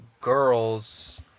girls